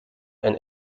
ein